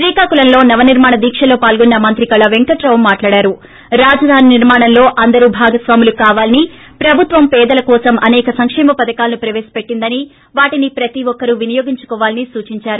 శ్రీకాకుళంలో నవనీర్మాణ దీక్షలో పాల్గొన్స మంత్రి కళాపెంకటరావు మాట్లాడుతూ రాజధాని నిర్మాణంలో అందరూ భాగస్వాములు కావాలని ప్రభుత్వం పేదల కోసం అనేక సంకేమ పధకాలను ప్రవేశ పెట్టిందని వాటిని ప్రతీ ఒక్కరు పేనియోగించుకోవాలని సూచించారు